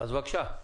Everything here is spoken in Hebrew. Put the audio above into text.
אז בבקשה,